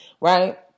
Right